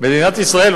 שמדינת ישראל,